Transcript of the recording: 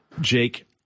Jake